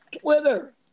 Twitter